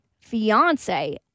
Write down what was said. fiance